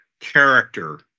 character